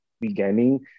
beginning